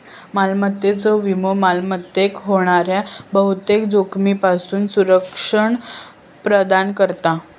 मालमत्तेचो विमो मालमत्तेक होणाऱ्या बहुतेक जोखमींपासून संरक्षण प्रदान करता